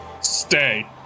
stay